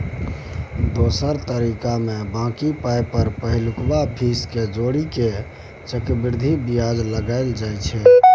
दोसर तरीकामे बॉकी पाइ पर पहिलुका फीस केँ जोड़ि केँ चक्रबृद्धि बियाज लगाएल जाइ छै